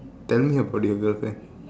tell me about your girlfriend